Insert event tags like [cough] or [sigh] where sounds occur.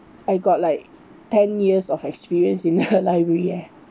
I got like ten years of experience in [laughs] library eh